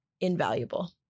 invaluable